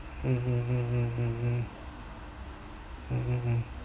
mm mm mm mm mm mm mm mm